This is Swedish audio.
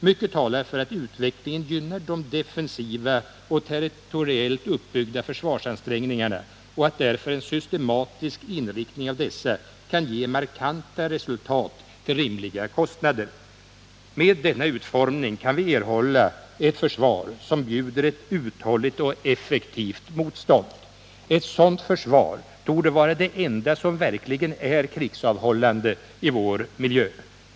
Mycket talar för att utvecklingen gynnar de defensiva och territoriellt uppbyggda försvarsansträngningarna och att därför en systematisk inriktning av dessa kan ge markanta resultat till rimliga kostnader. Med denna utformning kan vi erhålla ett försvar som bjuder ett uthålligt och effektivt motstånd. Ett sådant försvar torde vara det enda som verkligen är krigsavhållande i vår miljö.